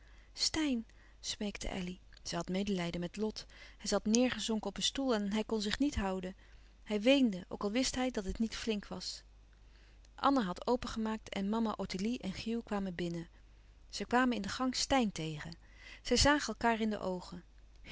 steyn smeekte elly zij had medelijden met lot hij zat neêrgezonken op een stoel en hij kon zich niet houden hij weende ook al wist hij dat het niet flink was anna had opengemaakt en mama ottilie en hugh kwamen binnen zij kwamen in de gang steyn tegen zij zagen elkaâr in de oogen